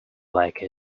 like